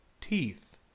Teeth